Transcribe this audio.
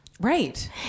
Right